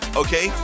okay